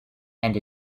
and